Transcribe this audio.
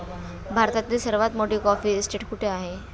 भारतातील सर्वात मोठी कॉफी इस्टेट कुठे आहे?